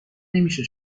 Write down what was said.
نمیشه